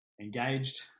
engaged